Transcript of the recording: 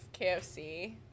KFC